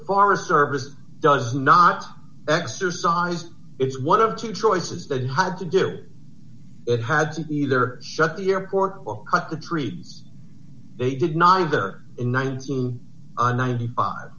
forest service does not exercise it's one of two choices that had to do it had to either shut the airport or cut the tree they did not either in one thousand and ninety five